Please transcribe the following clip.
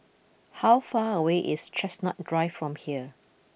how far away is Chestnut Drive from here